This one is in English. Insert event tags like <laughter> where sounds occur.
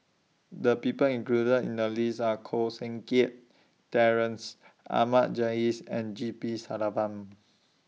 The People included in The list Are Koh Seng Kiat Terence Ahmad Jais and G P <unintelligible>